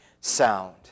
sound